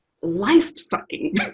life-sucking